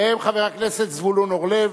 והם: חבר הכנסת זבולון אורלב,